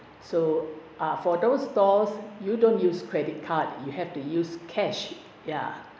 so uh for those stores you don't use credit card you have to use cash ya